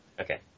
Okay